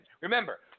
Remember